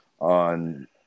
on